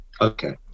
Okay